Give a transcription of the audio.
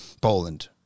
Poland